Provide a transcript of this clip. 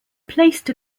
placed